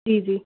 जी जी